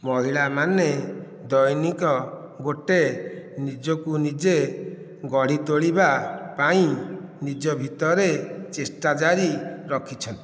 ମହିଳାମାନେ ଦୈନିକ ଗୋଟିଏ ନିଜକୁ ନିଜେ ଗଢ଼ି ତୋଳିବା ପାଇଁ ନିଜ ଭିତରେ ଚେଷ୍ଟା ଜାରି ରଖିଛନ୍ତି